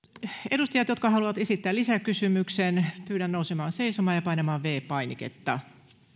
edustajia jotka haluavat esittää lisäkysymyksen pyydän nousemaan seisomaan ja painamaan viides painiketta